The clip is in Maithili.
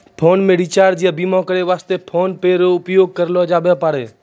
फोन मे रिचार्ज या बीमा करै वास्ते फोन पे रो उपयोग करलो जाबै पारै